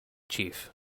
chief